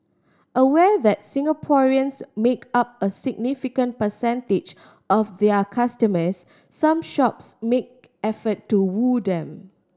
aware that Singaporeans make up a significant percentage of their customers some shops make effort to woo them